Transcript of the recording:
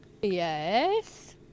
Yes